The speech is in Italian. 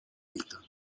vita